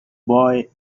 boy